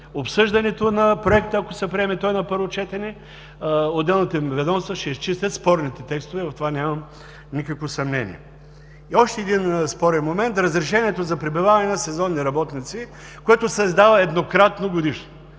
обсъждането на Проекта, ако се приеме той на първо четене, отделните ведомства ще изчистят спорните текстове, в това нямам никакво съмнение. Още един спорен момент – разрешението за пребиваване на сезонни работници, което се издава еднократногодишно.